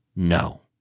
No